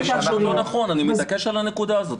אני מתעקש על הנקודה הזאת.